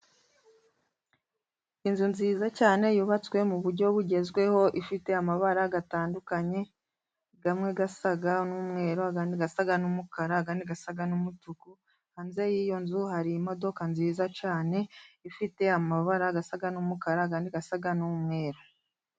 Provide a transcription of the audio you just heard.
Inzu nziza cyane yubatswe mu buryo bugezweho， ifite amabara atandukanye， amwe asa n'umweru，andi asa n'umukara， andi asa n'umutuku，hanze y'iyo nzu， hari imodoka nziza cyane， ifite amabara asa n'umukara， andi asa n'umweru.